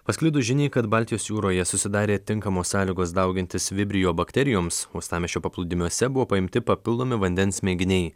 pasklidus žiniai kad baltijos jūroje susidarė tinkamos sąlygos daugintis vibrio bakterijoms uostamiesčio paplūdimiuose buvo paimti papildomi vandens mėginiai